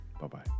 Bye-bye